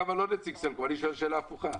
אבל אני לא נציג סלקום, אני שואל שאלה הפוכה.